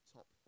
Top